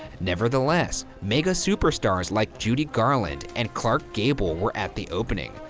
nevertheless, mega superstars like judy garland and clark gable were at the opening,